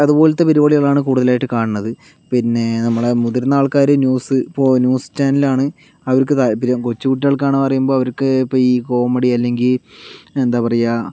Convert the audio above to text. അതുപോലത്തെ പരിപാടികളാണ് കൂടുതലായിട്ട് കാണുന്നത് പിന്നെ നമ്മുടെ മുതിർന്ന ആൾക്കാർ ന്യൂസ് ഇപ്പോൾ ന്യൂസ് ചാനലാണ് അവർക്ക് താത്പര്യം കൊച്ചു കുട്ടികൾക്കാണ് പറയുമ്പോൾ അവർക്ക് ഇപ്പോൾ ഈ കോമഡി അല്ലെങ്കിൽ എന്താ പറയുക